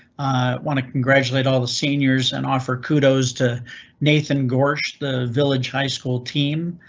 want to congratulate all the seniors and offer? kudos to nathan gorsch, the village high school team.